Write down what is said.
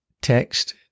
text